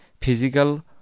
physical